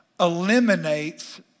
eliminates